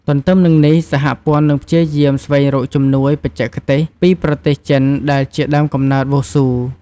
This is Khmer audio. ទន្ទឹមនឹងនេះ សហព័ន្ធនឹងព្យាយាមស្វែងរកជំនួយបច្ចេកទេសពីប្រទេសចិនដែលជាដើមកំណើតវ៉ូស៊ូ។